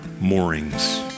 moorings